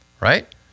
right